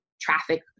traffic